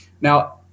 Now